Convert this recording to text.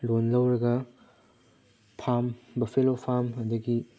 ꯂꯣꯟ ꯂꯧꯔꯒ ꯐꯥꯔꯝ ꯕꯐꯦꯂꯣ ꯐꯥꯔꯝ ꯑꯗꯒꯤ